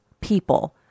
people